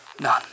None